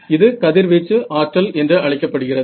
இது கதிர்வீச்சு ஆற்றல் என்று அழைக்கப்படுகிறது